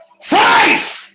Five